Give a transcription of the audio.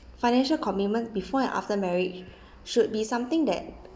financial commitment before and after marriage should be something that